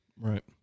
Right